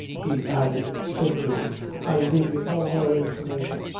he added, bitterly i'll give you no more information.